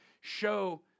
show